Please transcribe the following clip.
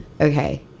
Okay